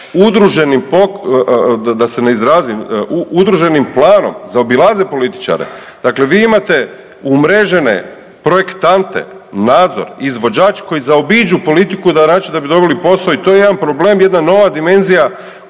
udruženim planom zaobilaze političare. Dakle, vi imate umrežene projektante, nadzor, izvođač koji zaobiđu politiku na račun da bi dobili posao i to je jedan problem, jedna nova dimenzija